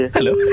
Hello